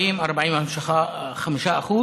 40% 45%,